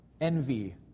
envy